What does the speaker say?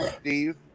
Steve